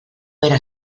era